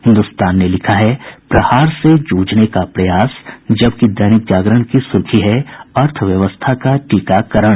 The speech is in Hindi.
हिन्दुस्तान ने लिखा है प्रहार से जूझने का प्रयास जबकि दैनिक जागरण की सुर्खी है अर्थव्यवस्था का टीकाकरण